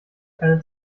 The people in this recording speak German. keine